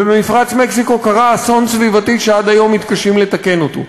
ובמפרץ מקסיקו קרה אסון סביבתי שעד היום מתקשים לתקן אותו.